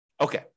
Okay